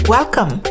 Welcome